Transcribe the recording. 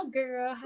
girl